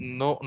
no